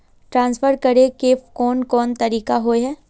Transfer करे के कोन कोन तरीका होय है?